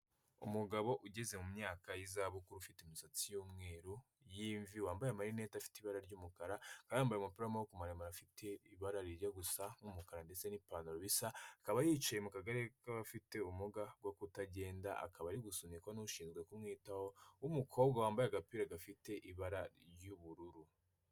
Umugabo ugeze mu myaka y'izabukuru, ufite imisatsi y'umweru y'imvi wambaye malinete afite ibara ry'umukara, kandi yambaye umupira w'amaboko maremure ufite ibara rijya gusa n'umukara ndetse n'ipantaro bisa, akaba yicaye mu kagari k'abafite ubumuga bwo kutagenda, akaba ari gusunikwa n'ushinzwe kumwitaho w'umukobwa wambaye agapira gafite ibara ry'ubururu.